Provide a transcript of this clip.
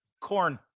Corn